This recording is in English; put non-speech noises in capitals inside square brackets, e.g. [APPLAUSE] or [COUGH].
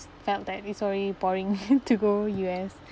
felt that it's already boring [LAUGHS] to go U_S